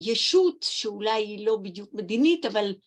‫ישות שאולי היא לא בדיוק מדינית, ‫אבל...